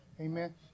Amen